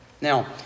Now